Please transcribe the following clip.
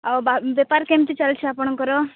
ଆଉ ବେପାର କେମିତି ଚାଲିଛି ଆପଣଙ୍କର